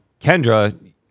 Kendra